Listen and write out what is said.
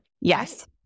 Yes